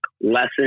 lesson